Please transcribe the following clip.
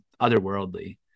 otherworldly